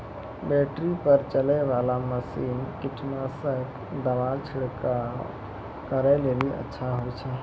Battery पर चलै वाला मसीन कीटनासक दवा छिड़काव करै लेली अच्छा होय छै?